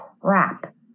crap